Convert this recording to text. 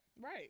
Right